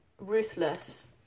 ruthless